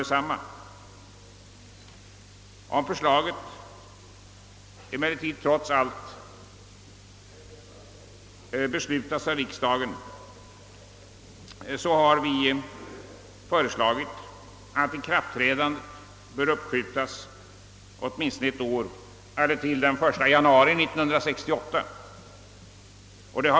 Om propositionens förslag trots allt bifalles av riksdagen, hemställer vi att ikraftträdandet uppskjutes åtminstone ett år eller till den 1 januari 1968.